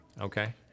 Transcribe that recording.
Okay